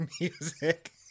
music